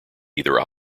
either